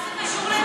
מה זה קשור לגיחוך?